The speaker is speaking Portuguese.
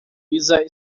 lisa